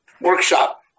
workshop